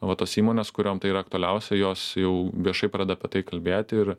va tos įmonės kuriom tai yra aktualiausia jos jau viešai pradeda apie tai kalbėti ir